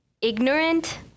ignorant